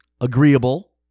Agreeable